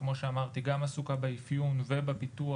שכמו שאמרתי גם עסוקה באיפיון ובפיתוח